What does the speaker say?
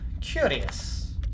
curious